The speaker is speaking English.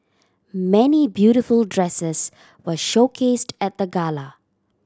many beautiful dresses were showcased at the gala